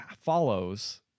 follows